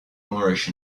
moorish